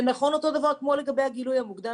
זה נכון אותו דבר גם לגבי הגילוי המוקדם